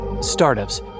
Startups